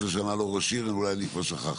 אני 12 שנים לא ראש עיר, אולי אני כבר שכחתי.